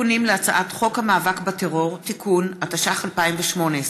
הרשות להגנה על בעלי חיים, התשע"ח 2018,